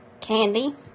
candy